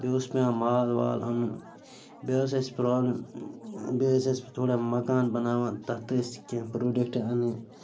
بیٚیہِ اوس پٮ۪وان مال وال اَنُن بیٚیہِ ٲسۍ اَسہِ پرٛابلِم بیٚیہِ ٲسۍ أسۍ تھوڑا مَکان بناوان تَتھ تہٕ ٲسۍ کیٚنہہ پرٛوڈکٹ اَنٕنۍ